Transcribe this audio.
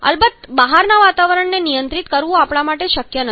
અલબત્ત બહારના વાતાવરણને નિયંત્રિત કરવું આપણા માટે શક્ય નથી